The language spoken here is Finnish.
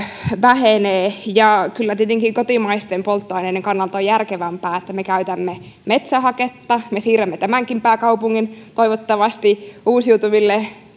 vähenee kyllä tietenkin kotimaisten polttoaineiden kannalta on järkevämpää että me käytämme metsähaketta me siirrämme tämänkin pääkaupungin toivottavasti uusiutuville